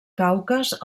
caucas